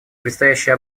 предстоящий